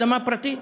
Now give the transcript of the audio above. אדמה פרטית?